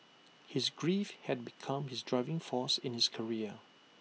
his grief had become his driving force in his career